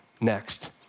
next